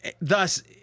thus